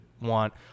want